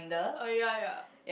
oh ya ya